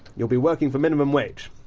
you'll be working for minimum wage,